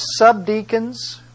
subdeacons